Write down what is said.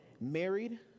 married